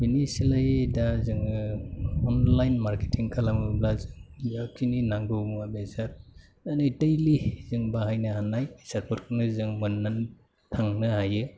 बिनि सोलायै दा जोङो अनलाइन मार्केेटिं खालामोब्ला जाखिनि नांगौ मुवा बेसाद माने दैलि जों बाहायनो हानाय हिसाबफोरखौनो जों मोननो थांनो हायो